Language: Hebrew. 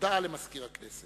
חברי הכנסת, הודעה למזכיר הכנסת.